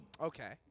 Okay